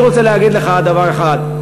אני רוצה להגיד לך דבר אחד,